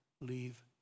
leave